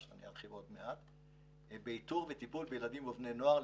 למשרד החינוך על איתור וטיפול ובילדים ובבני נוער,